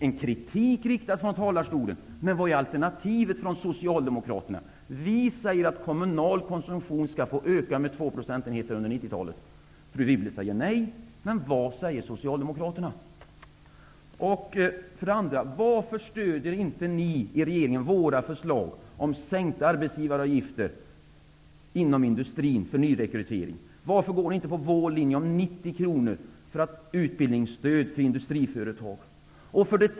En kritik riktas från talarstolen. Men vad är Socialdemokraternas alternativ? Vi säger att kommunal konsumtion skall få öka med två procentenheter under 90-talet. Fru Wibble säger nej. Men vad säger Socialdemokraterna? Varför stöder inte regeringen våra förslag om sänkta arbetsgivaravgifter för nyrekrytering inom industrin? Varför går ni inte på vår linje som innebär 90 kronor i utbildningsstöd för industriföretag.